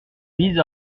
vise